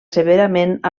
severament